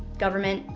government,